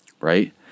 right